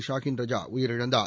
ஷாகின் ரஜா உயிரிழந்தார்